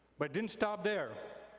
but didn't stop there.